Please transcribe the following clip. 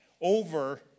over